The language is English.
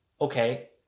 Okay